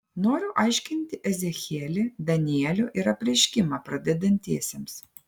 noriu aiškinti ezechielį danielių ir apreiškimą pradedantiesiems